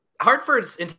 Hartford's